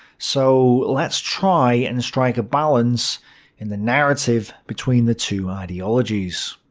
so let's try and strike a balance in the narrative between the two ideologies.